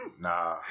nah